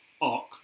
arc